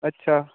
अच्छा